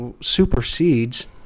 supersedes